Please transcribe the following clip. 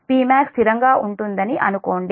Pmax స్థిరంగా ఉంటుందని అనుకోండి